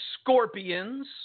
scorpions